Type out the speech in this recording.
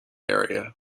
area